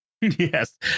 Yes